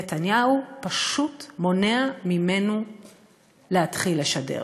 נתניהו פשוט מונע ממנו להתחיל לשדר.